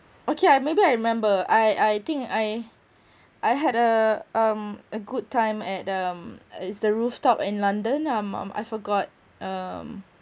okay lah maybe I remember I I think I I had a um a good time at the um uh it's the rooftop in london um um I forgot um